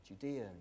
Judea